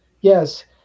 Yes